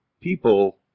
people